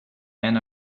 men